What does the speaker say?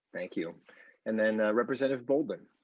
thank you and then representative building.